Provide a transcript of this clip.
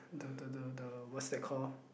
the the the the what's that call